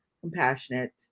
compassionate